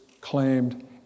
claimed